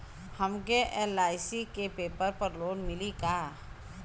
हमके एल.आई.सी के पेपर पर लोन मिली का?